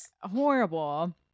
horrible